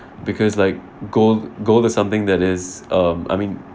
because like gold gold is something that is um I mean